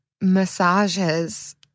massages